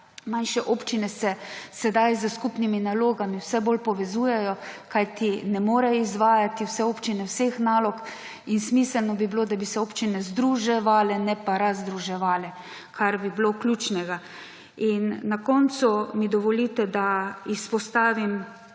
manjše občine se sedaj s skupnimi nalogami vse bolj povezujejo, kajti ne morejo izvajati vse občine vseh nalog. In smiselno bi bilo, da bi se občine združevale, ne pa razdruževale; kar bi bilo ključnega. Na koncu mi dovolite, da izpostavim